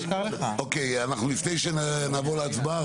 לפני שנעבור להצבעה,